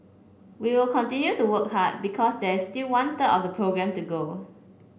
we will continue to work hard because there is still one third of the programme to go